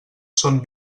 són